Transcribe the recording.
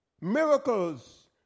miracles